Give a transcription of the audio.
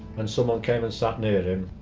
and someone came and sat near him,